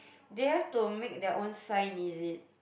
they like to make their own sign is it